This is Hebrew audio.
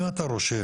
אם אתה רושם